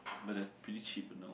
but they are pretty cheap you know